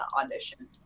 audition